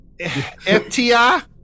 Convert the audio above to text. FTI